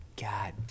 God